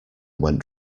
went